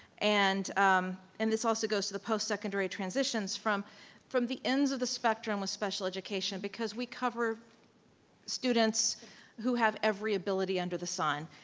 and and this also goes to the post-secondary transition from from the ends of the spectrum of special education, because we cover students who have every ability under the sun,